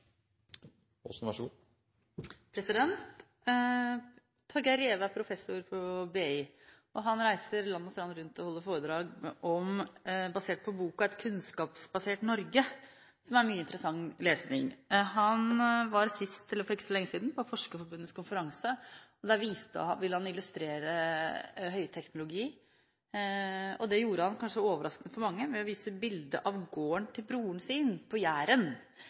professor ved BI, og han reiser land og strand rundt og holder foredrag basert på boken «Et kunnskapsbasert Norge», som har mye interessant lesning. Han var for ikke så lenge siden på Forskerforbundets konferanse, og der ville han illustrere høyteknologi. Det gjorde han – kanskje overraskende for mange – ved å vise et bilde av gården til broren sin, på